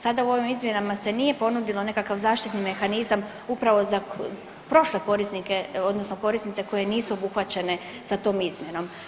Sada u ovim izmjenama se nije ponudilo nekakav zaštitni mehanizam upravo za prošle korisnike, odnosno korisnice koje nisu obuhvaćene sa tom izmjenom.